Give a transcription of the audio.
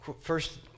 first